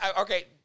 Okay